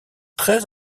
très